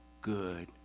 good